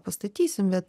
pastatysim bet